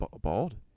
bald